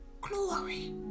Glory